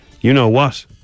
you-know-what